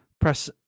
press